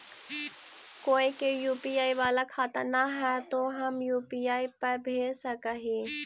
कोय के यु.पी.आई बाला खाता न है तो हम यु.पी.आई पर भेज सक ही?